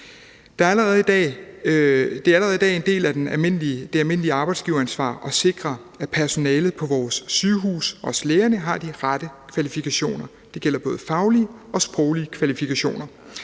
Det er allerede i dag en del af det almindelige arbejdsgiveransvar at sikre, at personalet på vores sygehuse, også lægerne, har de rette kvalifikationer. Det gælder både faglige og sproglige kvalifikationer.